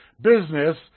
business